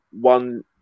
one